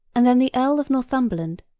and then the earl of northumberland,